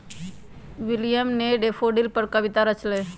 William ने daffodil पर कविता रच लय है